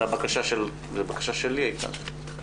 זו הבקשה שלי הייתה.